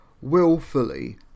willfully